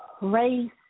race